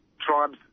tribes